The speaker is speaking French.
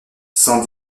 cent